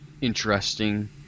interesting